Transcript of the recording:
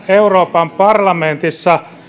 euroopan parlamentissa